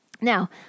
Now